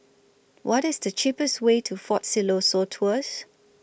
What IS The cheapest Way to Fort Siloso Tours